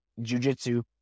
jujitsu